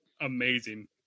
amazing